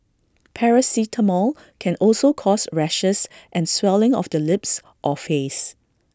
paracetamol can also cause rashes and swelling of the lips or face